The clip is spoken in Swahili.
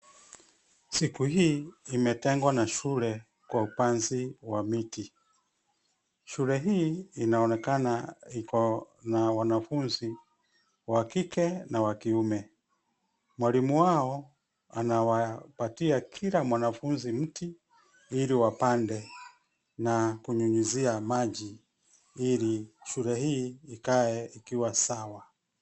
Siku hii imetengwa na shule kwa upanzi wa miti. Shule hii inaonekana iko na wanafunzi wa kike na wa kiume. Mwalimu wao anawapatia kila mwanafunzi mti ili wapande na kunyunyizia maji ili shule hii ikae ikiwa sawa.